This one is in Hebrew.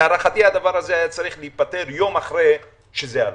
להערכתי הדבר הזה היה צריך להיפתר יום אחרי שהוא עלה.